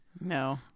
No